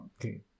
Okay